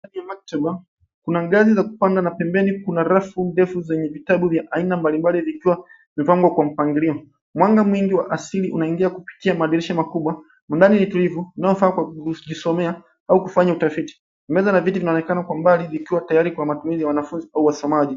Ndani ya maktaba, kuna ngazi za kupanda na pembeni kuna rafu ndefu, zenye vitabu vya aina mbalimbali, vikiwa vimepangwa kwa mpangilio. Mwanga mwingi wa asili unaingia kupitia madirisha makubwa, humu ndani ni tulivu ,mnamofaa kwa kujisomea au kufanya utafiti. Meza na viti vinaonekana kwa umbali, vikiwa tayari kwa matumizi ya wanafunzi au wasomaji.